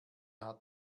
hat